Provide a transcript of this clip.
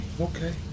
okay